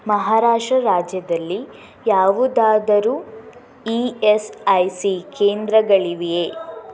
ಮಹಾರಾಷ್ಟ್ರ ರಾಜ್ಯದಲ್ಲಿ ಯಾವುದಾದರೂ E S I C ಕೇಂದ್ರಗಳಿವೆಯೆ